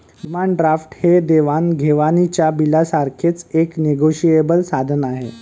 demand draft हे देवाण घेवाणीच्या बिलासारखेच एक निगोशिएबल साधन आहे